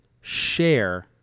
share